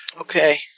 Okay